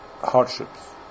hardships